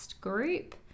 group